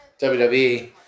WWE